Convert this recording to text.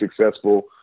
successful